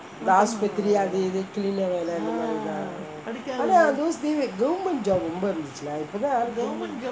ஆஸ்பத்ரி அது இதுன்னு:aaspathri athu ithunnu clinic lah வேலே இந்த மாதிரி:velae intha mathiri lah oh ஆனா:aanaa those days government job ரொம்ப இருந்துச்சு:romba irunthuchu lah இப்போதா:ippothaa